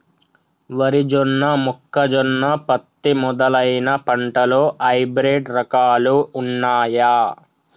వరి జొన్న మొక్కజొన్న పత్తి మొదలైన పంటలలో హైబ్రిడ్ రకాలు ఉన్నయా?